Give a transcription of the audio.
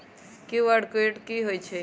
QR code कि हई छई?